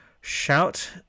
shout